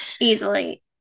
easily